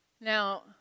now